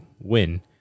win